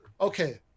Okay